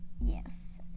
Yes